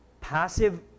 Passive